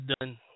done